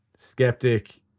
skeptic